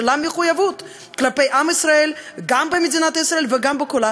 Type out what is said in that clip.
שלה מחויבות כלפי עם ישראל גם במדינת ישראל וגם בכל העולם,